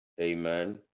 Amen